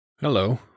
Hello